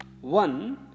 one